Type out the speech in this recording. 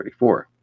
34